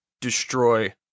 destroy